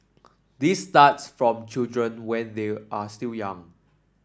this starts from children when they are still young